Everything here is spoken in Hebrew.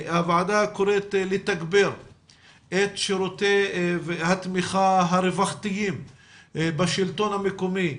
הוועדה קוראת לתגבר את שירותי התמיכה הרווחתיים בשלטון המקומי,